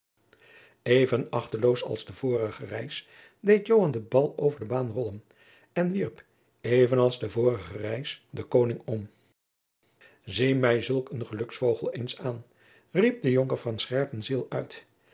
even achteloos als de vorige reis deed joan den bal over de baan rollen en wierp even als de vorige reis den koning om zie mij zulk een geluksvogel eens aan riep de jonker van scherpenzeel uit